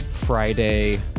friday